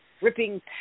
ripping